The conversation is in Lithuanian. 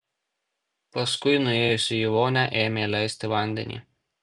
paskui nuėjusi į vonią ėmė leisti vandenį